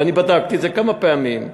ובדקתי את זה כמה פעמים.